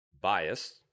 biased